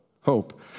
Hope